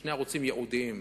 שני ערוצים ייעודיים,